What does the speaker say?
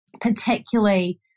particularly